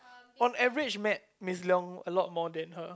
on average met miss Leong a lot more than her